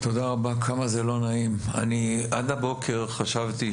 אני עד הבוקר חשבתי